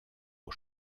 aux